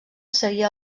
seria